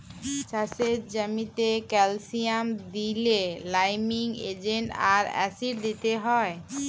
চাষের জ্যামিতে ক্যালসিয়াম দিইলে লাইমিং এজেন্ট আর অ্যাসিড দিতে হ্যয়